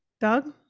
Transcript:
Doug